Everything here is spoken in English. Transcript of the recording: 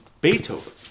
Beethoven